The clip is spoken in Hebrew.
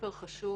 סופר חשוב